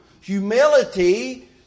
humility